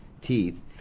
teeth